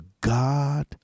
God